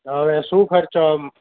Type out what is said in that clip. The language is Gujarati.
હવે શું ખર્ચો અમ